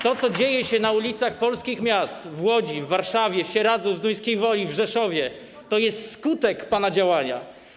To, co dzieje się na ulicach polskich miast, w Łodzi, Warszawie, Sieradzu, Zduńskiej Woli, Rzeszowie, to jest skutek pana działania.